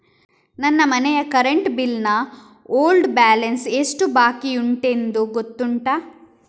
ನನ್ನ ಮನೆಯ current bill ನ ಓಲ್ಡ್ ಬ್ಯಾಲೆನ್ಸ್ ಎಷ್ಟು ಬಾಕಿಯುಂಟೆಂದು ಗೊತ್ತುಂಟ?